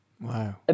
Wow